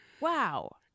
Wow